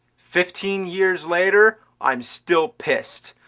fifteen years later, i'm still pissed.